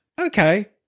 Okay